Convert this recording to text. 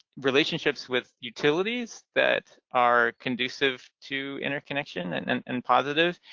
relationships with utilities that are conducive to interconnection and and and positives,